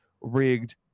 rigged